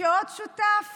שעוד שותף